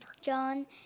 John